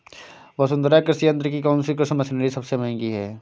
वसुंधरा कृषि यंत्र की कौनसी कृषि मशीनरी सबसे महंगी है?